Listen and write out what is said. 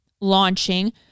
launching